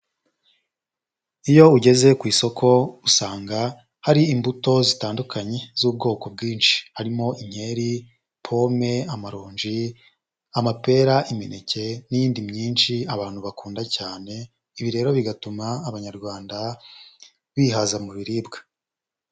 Iyo ugeze ku isoko usanga hari imbuto zitandukanye z'ubwoko bwinshi. Harimo inkeri, pome, amaronji, amapera, imineke n'iyindi myinshi abantu bakunda cyane, ibi rero bigatuma Abanyarwanda bihaza mu biribwa.